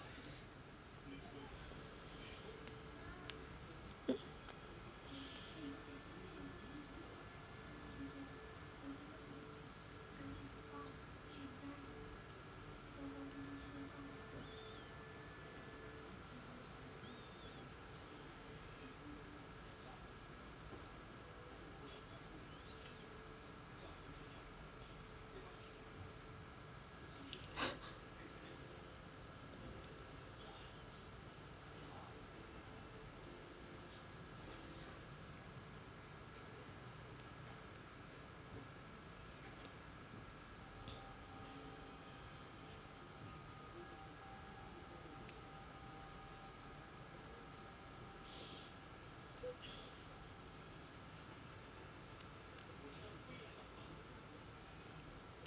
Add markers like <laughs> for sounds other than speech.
<laughs>